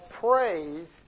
praise